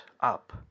up